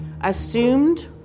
assumed